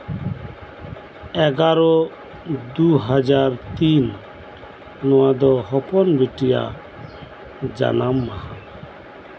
ᱮᱜᱟᱨᱚ ᱫᱩᱦᱟᱡᱟᱨ ᱛᱤᱱ ᱱᱚᱶᱟ ᱫᱚ ᱦᱚᱯᱚᱱ ᱵᱤᱴᱤᱭᱟᱜ ᱡᱟᱱᱟᱢ ᱢᱟᱦᱟ